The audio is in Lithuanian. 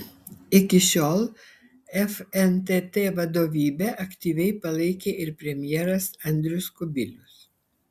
iki šiol fntt vadovybę aktyviai palaikė ir premjeras andrius kubilius